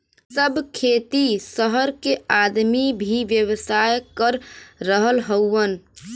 सब खेती सहर के आदमी भी व्यवसाय कर रहल हउवन